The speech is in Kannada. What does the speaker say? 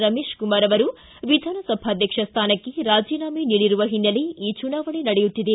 ರಮೇಶಕುಮಾರ ಅವರು ವಿಧಾನಸಭಾಧ್ಯಕ್ಷ ಸ್ವಾನಕ್ಕೆ ರಾಜೀನಾಮೆ ನೀಡಿರುವ ಹಿನ್ನೆಲೆ ಈ ಚುನಾವಣೆ ನಡೆಯುತ್ತಿದೆ